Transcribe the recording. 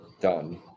done